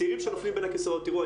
צעירים שנופלים בין הכיסאות תראו,